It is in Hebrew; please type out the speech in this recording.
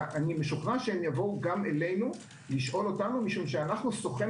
אני משוכנע שהם יבואו לשאול אותנו כי אנו סוכן